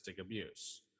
abuse